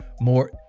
more